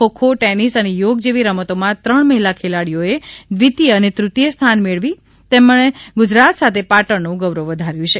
kho kho tennis અને યોગ જેવી રમતોમાં ત્રણ મહિલા ખેલાડીઓ એ દ્વિતીય અને તૃતીય સ્થાન મેળવી તેમણે ગુજરાત સાથે પાટણનું ગૌરવ વધાર્યુ છે